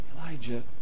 Elijah